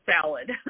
salad